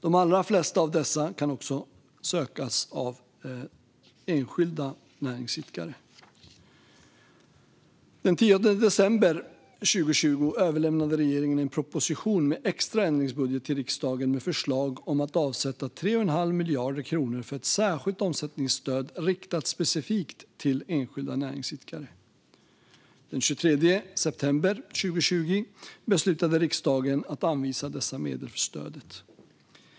De allra flesta av dessa kan också sökas av enskilda näringsidkare. Den 10 september 2020 överlämnade regeringen en proposition med extra ändringsbudget till riksdagen med förslag om att avsätta 3 1⁄2 miljard kronor för ett särskilt omsättningsstöd riktat specifikt till enskilda näringsidkare. Den 23 september 2020 beslutade riksdagen att anvisa dessa medel för stödet.